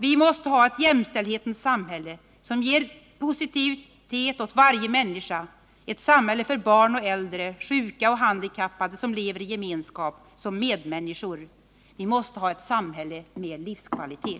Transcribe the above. Vi måste ha ett jämställdhetens samhälle, som ger någonting positivt åt varje människa — ett samhälle där barn och äldre, sjuka och handikappade lever i gemenskap som medmänniskor. Vi måste ha ett samhälle med livskvalitet.